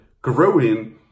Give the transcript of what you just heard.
growing